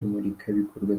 imurikabikorwa